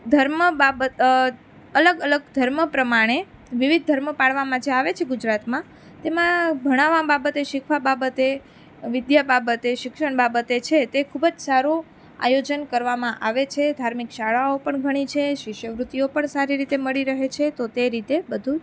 ધર્મ અલગ અલગ ધર્મ પ્રમાણે વિવિધ ધર્મ પાળવામાં જે આવે છે ગુજરાતમાં તેમાં ભણાવવા બાબતે શીખવા બાબતે વિદ્યા બાબતે શિક્ષણ બાબતે છે તે ખૂબ જ સારું આયોજન કરવામાં આવે છે ધાર્મિક શાળાઓ પણ ઘણી છે શિષ્યવૃતિઓ પણ સારી રીતે મળી રહે છે તો તે રીતે બધું